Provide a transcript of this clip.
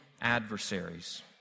adversaries